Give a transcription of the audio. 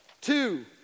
Two